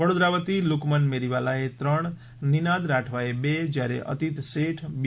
વડોદરા વતી લુકમન મેરીવાલાએ ત્રણ નિનાદ રાઠવાએ બે જ્યારે અતીત શેઠ બી